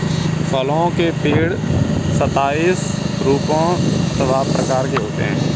फलों के पेड़ सताइस रूपों अथवा प्रकार के होते हैं